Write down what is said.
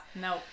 no